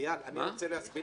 אני רוצה להסביר